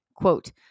Quote